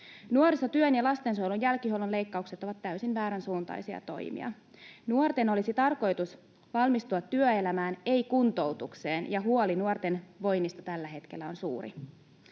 Nuorisotyön ja lastensuojelun jälkihuollon leikkaukset ovat täysin vääränsuuntaisia toimia. Nuorten olisi tarkoitus valmistua työelämään, ei kuntoutukseen, ja huoli nuorten voinnista tällä hetkellä on suuri.